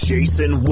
Jason